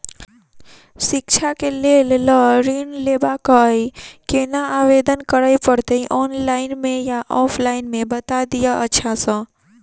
शिक्षा केँ लेल लऽ ऋण लेबाक अई केना आवेदन करै पड़तै ऑनलाइन मे या ऑफलाइन मे बता दिय अच्छा सऽ?